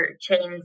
chains